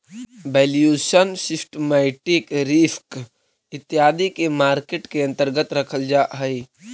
valuation, systematic risk इत्यादि के market के अंतर्गत रखल जा हई